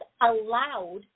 allowed